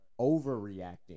overreacting